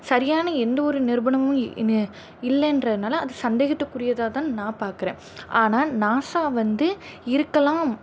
சரியான எந்த ஒரு நிருபணமும் இல் நெ இல்லைன்றதுனால அது சந்தேகத்துக்குரியதாகதான் நான் பார்க்குறேன் ஆனால் நாசா வந்து இருக்கலாம்